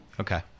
Okay